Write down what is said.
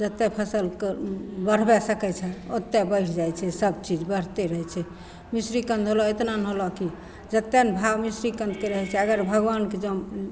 जतेक फसिलके बढ़बै सकै छनि ओतेक बढ़ि जाइ छै सबचीज बढ़िते रहै छै मिश्रीकन्द होलऽ एतना ने होलऽ कि जतेक ने भाव मिश्रीकन्दके रहै छै अगर भगवानके जँ